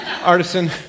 Artisan